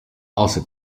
also